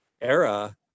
era